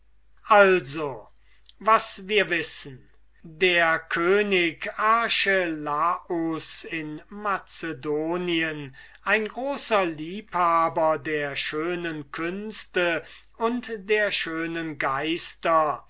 also was wir wissen der könig archelaus in macedonien ein großer liebhaber der schönen künste und der schönen geister